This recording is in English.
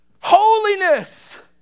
Holiness